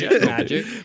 Magic